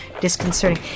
disconcerting